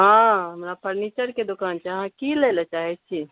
हँ हमरा फर्नीचरके दोकान छै अहाँ की लै लऽ चाहैत छी